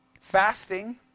Fasting